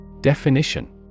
Definition